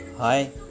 Hi